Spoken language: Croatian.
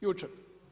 Jučer.